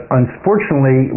unfortunately